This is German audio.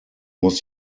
muss